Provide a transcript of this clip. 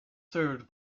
served